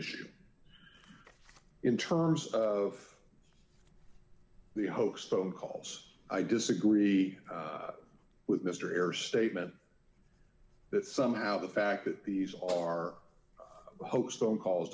issue in terms of the hoax phone calls i disagree with mr ayres statement that somehow the fact that these are host on calls